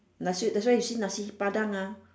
nasi that's why you see nasi-padang ah